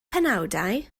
penawdau